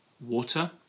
water